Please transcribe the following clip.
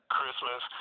Christmas